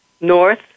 North